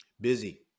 Busy